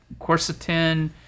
quercetin